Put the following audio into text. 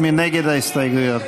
ג'מאל זחאלקה,